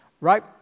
Right